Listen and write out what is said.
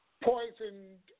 Poisoned